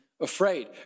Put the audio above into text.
afraid